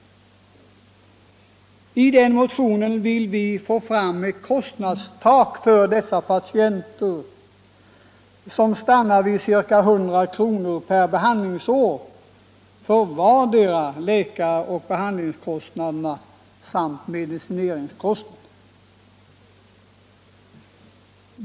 Med den motionen vill vi få fram ett kostnadstak för dessa patienter, så att läkar och behandlingskostnader samt medicineringskostnader stannar vid vardera ca 100 kronor per år.